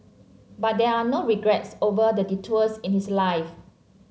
but there are no regrets over the detours in his life